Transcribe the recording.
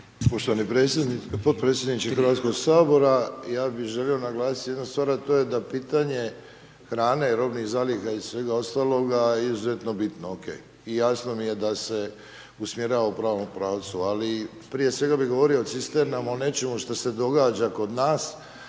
Poštovani podpredsjedniče Hrvatskog sabora ja bi želio naglasiti jednu stvar, a to je da pitanje hrane, robnih zaliha i svega ostaloga je izuzetno bitno, ok i jasno mi je da se usmjerava u pravom pravcu, ali prije svega bi govorio o cisternama o nečemu što se događa kod nas,